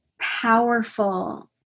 powerful